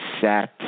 set